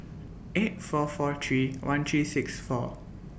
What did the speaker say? eight four four three one three six four